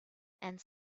and